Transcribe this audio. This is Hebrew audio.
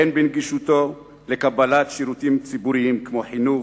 הן בנגישותו לשירותים ציבוריים כמו חינוך,